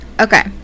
Okay